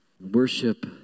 Worship